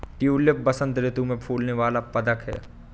tulip बसंत ऋतु में फूलने वाला पदक है